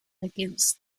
against